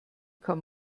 kann